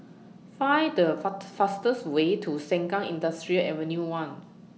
Find The Fa fastest Way to Sengkang Industrial Avenue one